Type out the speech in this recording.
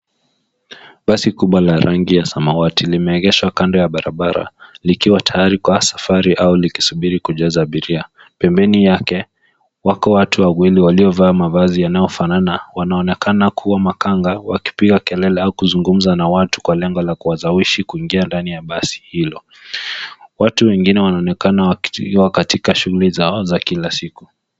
Basi kubwa la rangi ya samawati limeegeshwa kando ya barabara, likiwa tayari kwa safari au likisubiri kujaza abiria. Pembeni mwake kuna watu wawili waliovaa mavazi yanayofanana. Wanaonekana kuwa makanga wakipiga kelele au kuzungumza na watu, kwa lengo la kuwashawishi kuingia ndani ya basi hilo. Watu wengine wanaonekana wakiwa katika shughuli zao za kila siku.